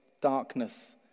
darkness